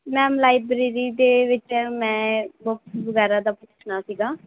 ma'am library ਦੇ ਵਿੱਚ ਮੈਂ ਬੁੱਕ ਵਗੈਰਾ ਦਾ ਪੁੱਛਣਾ ਸੀਗਾ